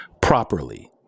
properly